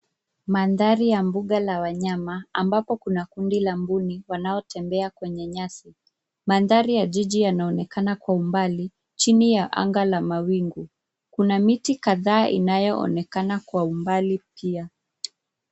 Mandhari ya mbuga la wanyama ambapo kuna kundi la mbuni wanaotembea kwenye nyasi. Mandhari ya jiji yanaoneka kwa umbali chini ya anga la mawingu. Kuna miti kadhaa inayoonekana kwa umbali pia.